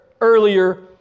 earlier